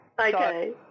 Okay